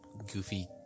Goofy